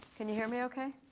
can you hear me okay?